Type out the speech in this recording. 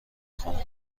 کنم